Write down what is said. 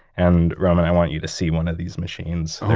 and roman, i want you to see one of these machines.